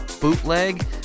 bootleg